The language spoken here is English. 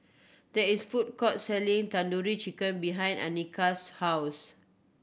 there is food court selling Tandoori Chicken behind Annice's house